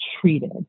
treated